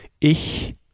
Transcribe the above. Ich